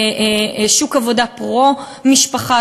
שוק עבודה פרו-משפחה,